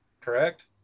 correct